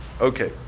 Okay